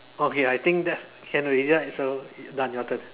okay I think that's can already right so done your turn